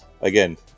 again